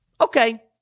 Okay